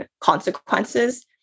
consequences